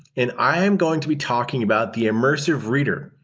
and i am going to be talking about the immersive reader.